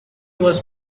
was